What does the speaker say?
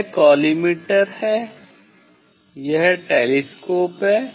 यह कॉलीमटोर है यह टेलीस्कोप है